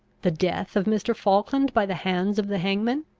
the death of mr. falkland by the hands of the hangman.